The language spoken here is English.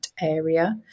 area